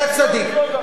אתה צדיק.